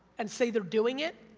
and say they're doing it,